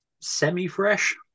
semi-fresh